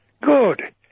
Good